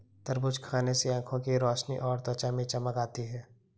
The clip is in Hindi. तरबूज खाने से आंखों की रोशनी और त्वचा में चमक आती है